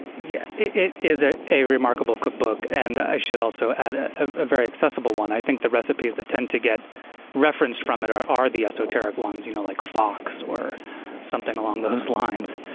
yeah it is ah a remarkable cookbook and, i should also add, a very accessible one. i think the recipes that tend to get referenced from it are are the esoteric ones, you know like fox or something along those lines.